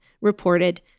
reported